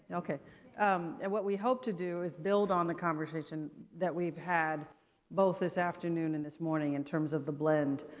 and ok. um and what we hope to do is build on the conversation that we've had both this afternoon and this morning in terms of the blend.